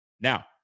now